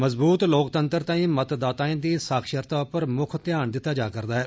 मजबूत लोकतंत्र ताई मतदाताएं दी साक्षरता उप्पर मुक्ख ध्यान दिता जा करदा ऐ